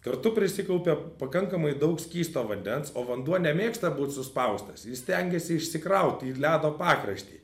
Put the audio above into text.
kartu prisikaupia pakankamai daug skysto vandens o vanduo nemėgsta būt suspaustas jis stengiasi išsikraut į ledo pakraštį